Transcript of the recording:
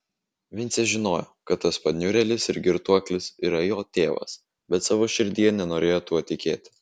vincė žinojo kad tas paniurėlis ir girtuoklis yra jo tėvas bet savo širdyje nenorėjo tuo tikėti